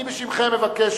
אני בשמכם מבקש,